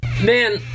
Man